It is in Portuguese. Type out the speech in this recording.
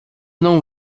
não